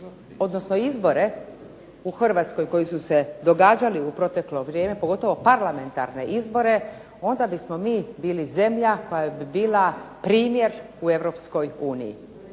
odnosno izbore u Hrvatskoj koji su se događali u proteklo vrijeme, pogotovo parlamentarne izbore, onda bismo mi bili zemlja koja bi bila primjer u Europskoj uniji,